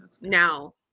now